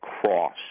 Cross